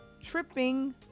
Tripping